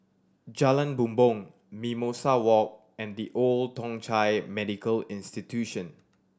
Jalan Bumbong Mimosa Walk and The Old Thong Chai Medical Institution